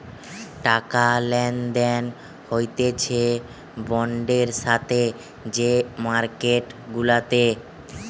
টাকা লেনদেন হতিছে বন্ডের সাথে যে মার্কেট গুলাতে